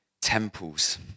temples